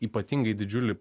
ypatingai didžiulį